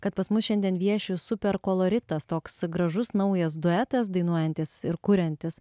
kad pas mus šiandien vieši super koloritas toks gražus naujas duetas dainuojantis ir kuriantis